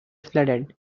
flooded